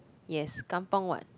yes kampung what